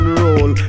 roll